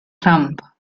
tramp